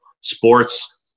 sports